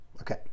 Okay